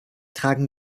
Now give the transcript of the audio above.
tragen